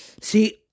See